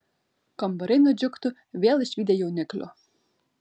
kambariai nudžiugtų vėl išvydę jauniklių